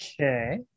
Okay